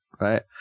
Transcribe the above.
right